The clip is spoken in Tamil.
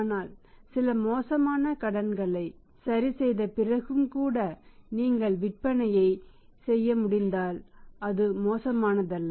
ஆனால் சில மோசமான கடன்களை சரிசெய்த பிறகும்கூட நீங்கள் விற்பனை செய்ய முடிந்தால் அது மோசமானதல்ல